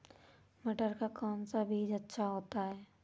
मटर का कौन सा बीज अच्छा होता हैं?